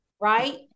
right